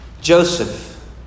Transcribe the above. Joseph